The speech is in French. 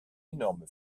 énorme